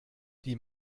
die